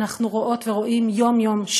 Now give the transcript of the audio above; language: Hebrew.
אנחנו רואות ורואים יום-יום,